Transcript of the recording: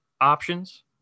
options